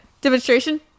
Demonstration